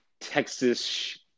Texas